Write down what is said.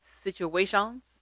situations